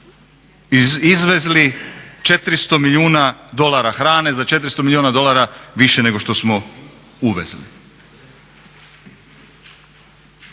izvezli 400 milijuna dolara hrane, za 400 milijuna dolara više nego što smo uvezli.